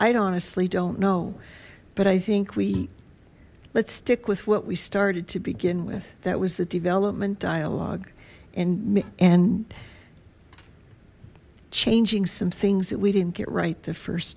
i'd honestly don't know but i think we let's stick with what we started to begin with that was the development dialogue and and changing some things that we didn't get right the first